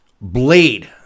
Blade